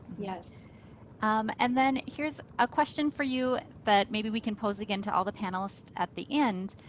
yes and then here's a question for you that maybe we can pose again to all the panelists at the end.